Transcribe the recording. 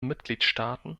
mitgliedstaaten